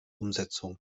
umsetzung